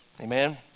Amen